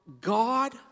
God